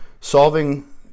solving